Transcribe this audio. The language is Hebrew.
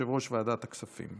יושב-ראש ועדת הכספים,